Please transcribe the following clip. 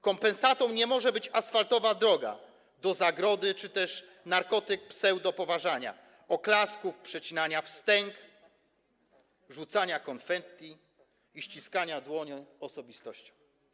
Kompensatą nie może być asfaltowa droga do zagrody czy też narkotyk pseudopoważania, oklasków, przecinania wstęg, rzucania konfetti i ściskania dłoni osobistościom.